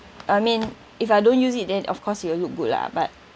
I mean if I don't use it then of course it will look good lah but